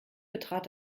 betrat